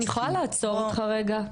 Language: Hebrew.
אני יכולה לעצור אותך רגע?